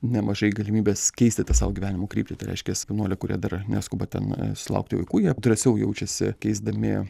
nemažai galimybės keisti tą savo gyvenimo kryptį reiškias jaunuolių kurie dar neskuba ten susilaukti vaikų jie drąsiau jaučiasi keisdami